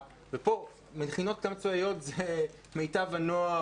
מכינות קדם צבאיות זה מיטב הנוער,